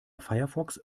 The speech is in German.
firefox